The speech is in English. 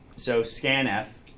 so scanf